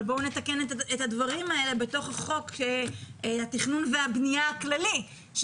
אבל בואו נתקן את הדברים האלו בתוך החוק שהתכנון והבנייה הכללי.